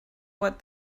what